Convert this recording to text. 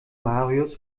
marius